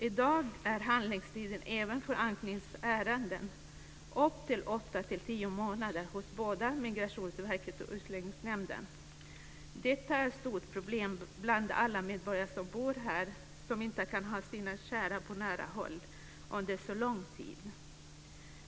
I dag är handläggningstiden även för anknytningsärenden upp till åtta-tio månader hos både Migrationsverket och Utlänningsnämnden. Detta är ett stort problem för alla medborgare som bor här och som inte kan ha sina kära på nära håll under så lång tid.